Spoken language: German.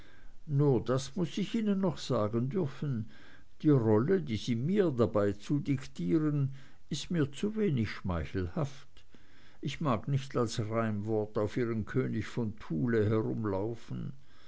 nur das muß ich ihnen doch sagen dürfen die rolle die sie mir dabei zudiktieren ist mir zu wenig schmeichelhaft ich mag nicht als reimwort auf ihren könig von thule herumlaufen